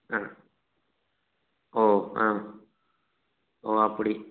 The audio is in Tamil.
ஆ ஓ ஆ ஓ அப்படி